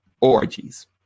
Orgies